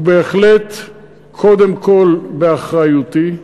הוא בהחלט קודם כול באחריותי.